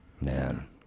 man